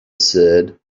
said